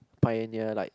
pioneer like